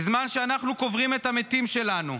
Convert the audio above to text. בזמן שאנחנו קוברים את המתים שלנו,